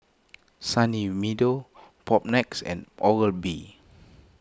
Sunny Meadow Propnex and Oral B